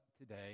today